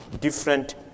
different